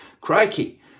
crikey